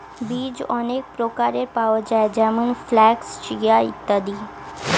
বীজ অনেক প্রকারের পাওয়া যায় যেমন ফ্ল্যাক্স, চিয়া ইত্যাদি